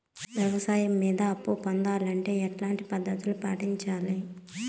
వ్యాపారం మీద అప్పు పొందాలంటే ఎట్లాంటి పద్ధతులు పాటించాలి?